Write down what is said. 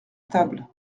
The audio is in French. table